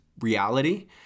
reality